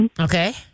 Okay